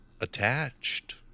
attached